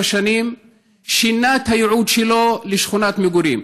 שנים שינה את הייעוד שלו לשכונת מגורים.